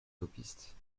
copiste